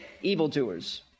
evildoers